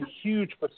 huge